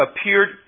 appeared